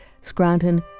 Scranton